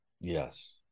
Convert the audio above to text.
Yes